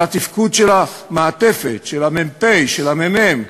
על התפקוד של המעטפת, של המ"פ, של המ"מ.